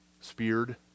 speared